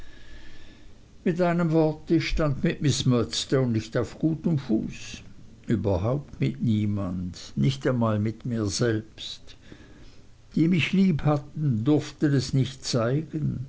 mit einem wort ich stand mit miß murdstone nicht auf gutem fuß überhaupt mit niemand nicht einmal mit mir selbst die mich lieb hatten durften es nicht zeigen